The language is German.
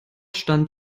stand